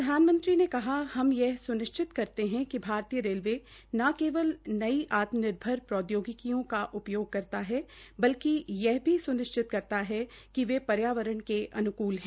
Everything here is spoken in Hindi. प्रधानमंत्री ने कहा हम स्निश्चित करते है भारतीय रेलवे न केवल नई आत्मनिर्भर प्रोद्योगिकियों का उपयोग करता है बल्कि यह भी सुनिश्चित करता है कि पर्यावरण के अनुकूल है